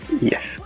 Yes